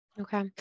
Okay